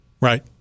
Right